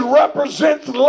represents